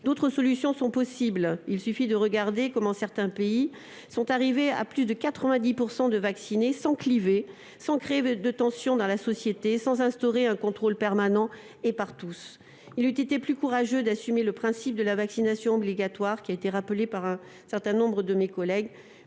D'autres solutions sont possibles. Il suffit de regarder comment certains pays sont arrivés à plus de 90 % de vaccinés sans créer de clivages ni de tensions dans la société, sans instaurer un contrôle permanent et par tous. Il eut été plus courageux d'assumer le principe de la vaccination obligatoire- nous venons d'en débattre -plutôt que de bricoler